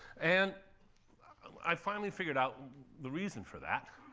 and i finally figured out the reason for that.